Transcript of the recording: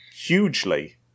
hugely